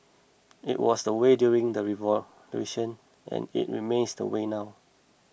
it was the way during the revolution and it remains the way now